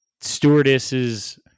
stewardesses